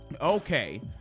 okay